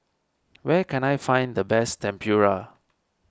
where can I find the best Tempura